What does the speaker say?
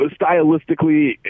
stylistically